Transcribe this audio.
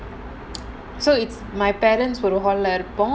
so it's my parents பெரும்பாலும் இருப்போம்:perumpaalum iruppom